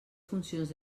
funcions